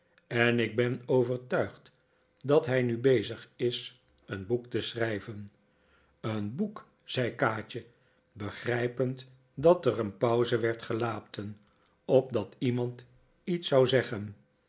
en ik ben overtuigd dat hij nu bezig is een boek te schrijven een boek zei kaatje begrijpend dat er een pauze werd gelaten opdat iemand iets zou zeggen